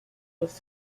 was